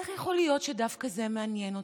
איך יכול להיות שדווקא זה מעניין אותם?